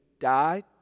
died